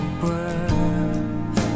breath